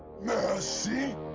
mercy